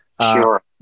Sure